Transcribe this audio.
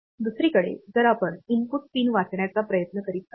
दुसरीकडे जर आपण इनपुट पिन वाचण्याचा प्रयत्न करीत असल्यास